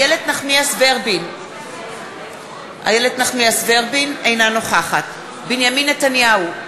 איילת נחמיאס ורבין, אינה נוכחת בנימין נתניהו,